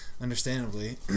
understandably